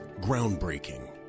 Groundbreaking